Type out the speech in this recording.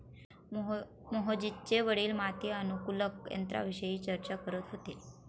मोहजितचे वडील माती अनुकूलक यंत्राविषयी चर्चा करत होते